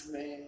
Man